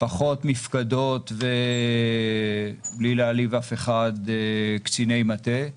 פחות מפקדות ובלי להעליב אף אחד, קציני מטה.